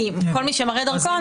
כי כל מי שמראה דרכון,